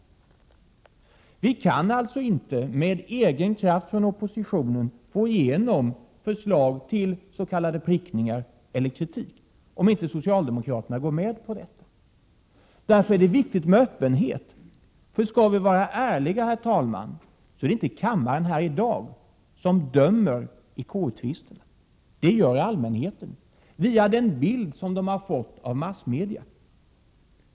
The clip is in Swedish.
Om inte socialdemokraterna går med på det, kan vi från oppositionen således inte av egen kraft få igenom förslag om s.k. prickningar eller kritik. Det är därför viktigt med öppenhet. Skall vi vara ärliga, herr talman, är det inte kammaren här i dag som dömer i KU-tvister. Det gör allmänheten, utifrån den bild som den har fått via massmedia.